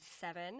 seven